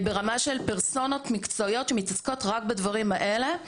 ברמה של פרסונות מקצועיות שמתעסקות רק בדברים האלה.